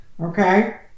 okay